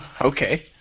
Okay